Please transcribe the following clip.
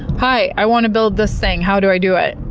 hi, i want to build this thing. how do i do it?